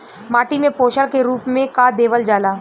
माटी में पोषण के रूप में का देवल जाला?